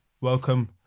welcome